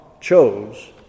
chose